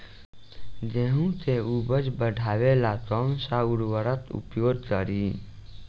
गेहूँ के उपज बढ़ावेला कौन सा उर्वरक उपयोग करीं?